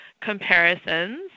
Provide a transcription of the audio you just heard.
comparisons